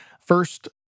First